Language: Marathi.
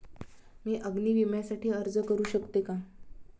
मी अग्नी विम्यासाठी अर्ज करू शकते का?